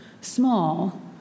small